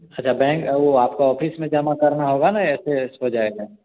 अच्छा बैंक वह आपके ऑफ़िस में जमा करना होगा ना ऐसे बस हो जाएगा